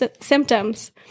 symptoms